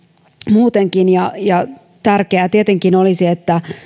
muutenkin ja ja tärkeää tietenkin olisi että